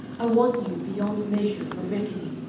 i want you beyond measure or reckoning.